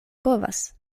povas